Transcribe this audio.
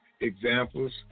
examples